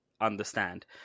understand